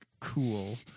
Cool